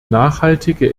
nachhaltige